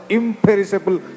imperishable